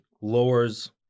lowers